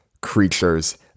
creatures